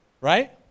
Right